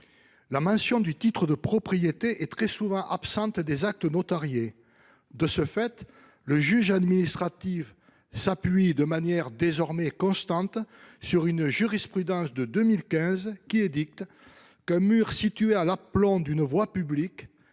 La mention du titre de propriété est très souvent absente des actes notariés. De ce fait, le juge administratif s’appuie de manière désormais constante sur une jurisprudence de 2015 en vertu de laquelle un mur situé à l’aplomb d’une voie publique